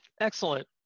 Excellent